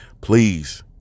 please